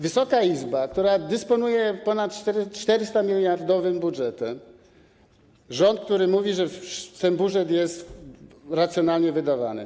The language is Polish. Wysoka Izba, która dysponuje ponad 400-miliardowym budżetem, rząd, który mówi, że ten budżet jest racjonalnie wydawany.